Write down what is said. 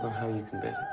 how you can bear